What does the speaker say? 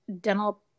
dental